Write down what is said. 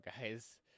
guys